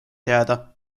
jääda